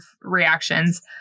reactions